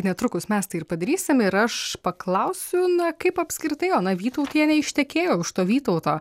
netrukus mes tai ir padarysim ir aš paklausiu na kaip apskritai ona vytautienė ištekėjo už to vytauto